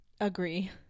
Agree